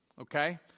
okay